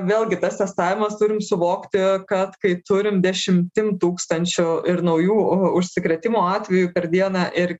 vėlgi tas testavimas turim suvokti kad kai turim dešimtim tūkstančių ir naujų užsikrėtimo atvejų per dieną ir